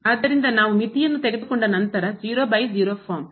ಆದ್ದರಿಂದ ನಾವು ಮಿತಿಯನ್ನು ತೆಗೆದುಕೊಂಡ ನಂತರ 00 ಫಾರ್ಮ್